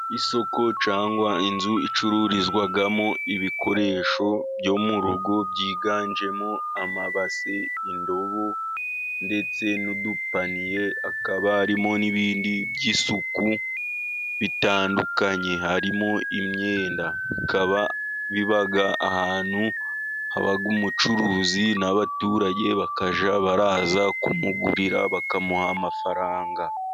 Isoko cyangwa inzu icururizwamo ibikoresho byo mu rugo byiganjemo amabasi, indobo ndetse n'udupaniye, hakaba harimo n'ibindi by'isuku bitandukanye, harimo imyenda bikaba biba ahantu haba umucuruzi, n'abaturage bakajya baza kumugurira bakamuha amafaranga.